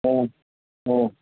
ம் ம்